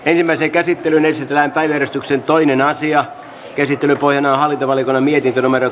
ensimmäiseen käsittelyyn esitellään päiväjärjestyksen toinen asia käsittelyn pohjana on hallintovaliokunnan mietintö